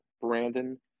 brandon